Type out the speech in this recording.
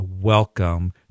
Welcome